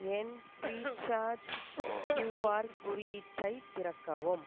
என் Freecharge QR குறியீட்டை திறக்கவும்